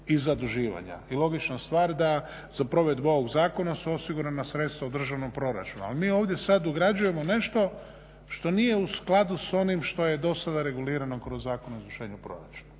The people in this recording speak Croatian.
i zaduživanja i logična stvar da za provedbu ovog zakona su osigurana sredstva u državnom proračunu. Ali mi ovdje sad ugrađujemo nešto što nije u skladu s onim što je do sada regulirano kroz Zakon o izvršenju proračuna.